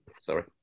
sorry